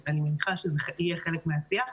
אז אני מניחה שזה יהיה חלק מהשיח.